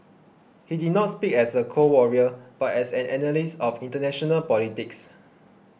he did not speak as a Cold Warrior but as an analyst of international politics